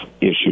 issue